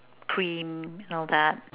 cream and all that